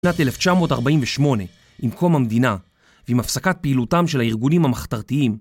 שנת 1948, עם קום המדינה ועם הפסקת פעילותם של הארגונים המחתרתיים